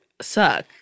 suck